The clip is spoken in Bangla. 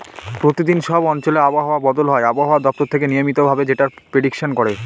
প্রতিদিন সব অঞ্চলে আবহাওয়া বদল হয় আবহাওয়া দপ্তর থেকে নিয়মিত ভাবে যেটার প্রেডিকশন করে